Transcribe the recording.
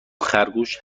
خرگوش